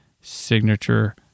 signature